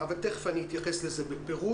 תיכף אתייחס לזה בפירוט.